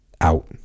out